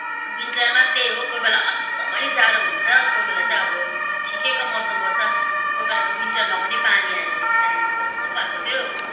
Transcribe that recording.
विन्टरमा त्यही हो कोही बेला अचम्मै जाडो हुन्छ कोही बेला चाहिँ अब ठिकैको मौसम बस्छ कोही बेला त विन्टरमा पनि पानी आएर एक टाइम कस्तो भएको थियो